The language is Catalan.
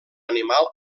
animal